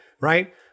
right